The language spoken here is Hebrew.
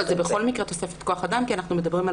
בכל מקרה זו תוספת כוח אדם כי אנחנו מדברים על